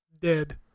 Dead